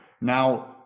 now